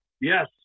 Yes